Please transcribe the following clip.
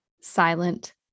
silent